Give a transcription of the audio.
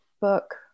book